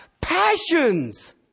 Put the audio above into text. passions